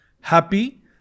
happy